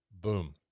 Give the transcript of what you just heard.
boom